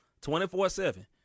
24-7